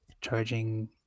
charging